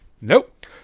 nope